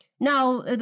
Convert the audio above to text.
Now